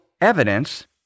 evidence